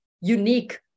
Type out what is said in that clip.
unique